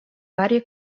varie